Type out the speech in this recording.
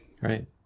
right